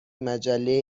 مجله